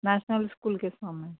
national school کے سامنے